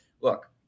Look